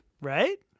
Right